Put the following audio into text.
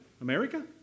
America